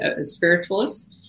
spiritualists